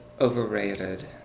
overrated